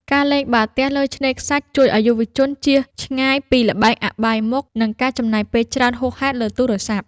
ការលេងបាល់ទះលើឆ្នេរខ្សាច់ជួយឱ្យយុវជន ជៀសឆ្ងាយពីល្បែងអបាយមុខ និងការចំណាយពេលច្រើនហួសហេតុលើទូរស័ព្ទ។